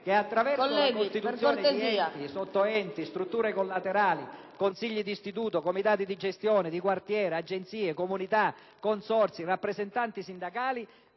che - attraverso la costituzione di enti, sottoenti, strutture collaterali, consigli di istituto, comitati di gestione e di quartiere, agenzie, comunità, consorzi, rappresentanti sindacali